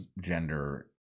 gender